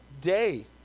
day